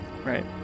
Right